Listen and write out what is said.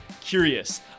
curious